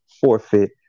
forfeit